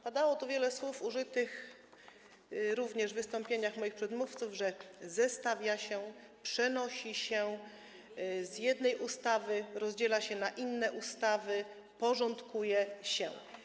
Padało tu wiele słów, również w wystąpieniach moich przedmówców: zestawia się, przenosi się, z jednej ustawy rozdziela się na inne ustawy, porządkuje się.